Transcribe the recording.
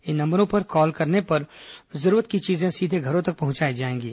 इन नंबरों पर कॉल करने पर जरूरत की चीजें सीधे घरों तक पहुंचाई जाएंगी